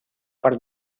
per